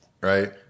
right